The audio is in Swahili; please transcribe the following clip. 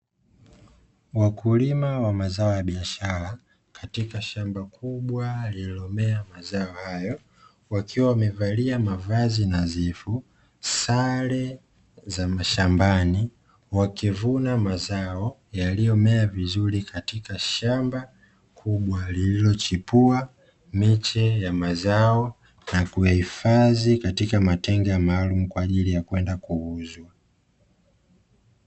Wakulima wa zao la biashara katika shamba kubwa lililomea mazao hayo, wakiwa wamevalia mavazi nadhifu, sare ya mashambani wakivuna mazao yaliomea vizuri katika shamba kubwa, lilochipua miche ya mazao na kuyahifadhi katika matenga makubwa kwa ajiri ya kwenda kuuzwa.